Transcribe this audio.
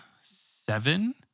seven